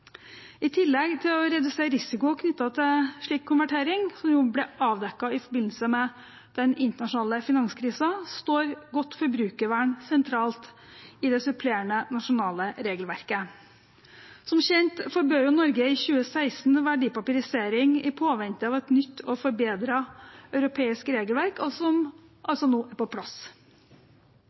I tillegg til å redusere risiko knyttet til slik konvertering, som jo ble avdekket i forbindelse med den internasjonale finanskrisen, står godt forbrukervern sentralt i det supplerende nasjonale regelverket. Som kjent forbød jo Norge i 2016 verdipapirisering i påvente av et nytt og forbedret europeisk regelverk, som altså nå er på plass.